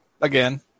again